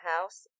house